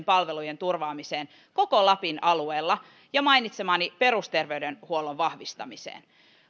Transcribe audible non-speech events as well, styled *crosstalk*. *unintelligible* palvelujen turvaamiseen koko lapin alueella ja mainitsemaani perusterveydenhuollon vahvistamiseen